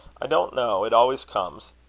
i don't know. it always comes.